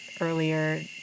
earlier